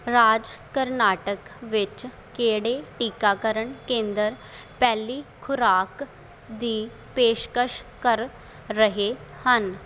ਰਾਜ ਕਰਨਾਟਕ ਵਿੱਚ ਕਿਹੜੇ ਟੀਕਾਕਰਨ ਕੇਂਦਰ ਪਹਿਲੀ ਖੁਰਾਕ ਦੀ ਪੇਸ਼ਕਸ਼ ਕਰ ਰਹੇ ਹਨ